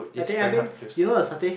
I think I think you know the satay